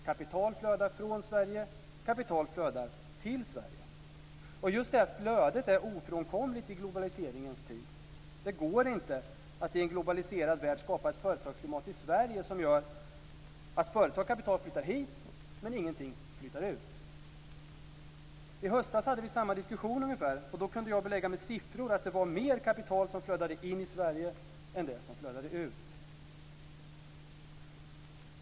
Kapital flödar från Sverige, och kapital flödar till Sverige. Just flödet är ofrånkomligt i globaliseringens tid. Det går inte att i en globaliserad värld skapa ett företagsklimat i Sverige som gör att företag och kapital flyttar hit, men ingenting flyttar ut. I höstas hade vi ungefär samma diskussion. Då kunde jag med siffror belägga att det var mer kapital som flödade in i Sverige än det var som flödade ut.